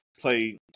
play